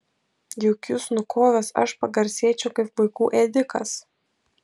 juk jus nukovęs aš pagarsėčiau kaip vaikų ėdikas